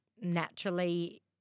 naturally